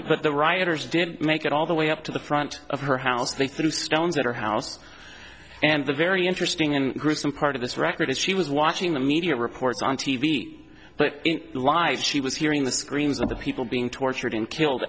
but the rioters did make it all the way up to the front of her house they threw stones at her house and the very interesting and gruesome part of this record is she was watching the media reports on t v but life she was hearing the screams of the people being tortured and killed